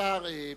אדוני השר,